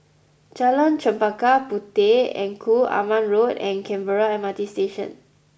Jalan Chempaka Puteh Engku Aman Road and Canberra M R T Station